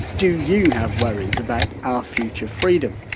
do you have worries about our future freedom?